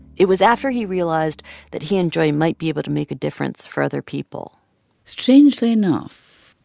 it was after he realized that he and joy might be able to make a difference for other people strangely enough,